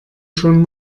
schon